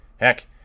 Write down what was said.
heck